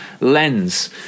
lens